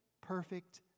perfect